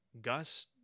Gus